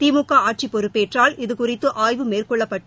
திமுக ஆட்சி பொறுப்பேற்றால் இது குறித்து ஆய்வு மேற்கொள்ளப்பட்டு